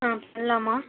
ஆ பண்ணலாம்மா